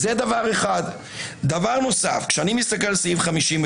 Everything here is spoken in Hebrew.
דבר נוסף, כשאני מסתכל על סעיף 59